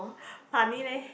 funny leh